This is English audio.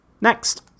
Next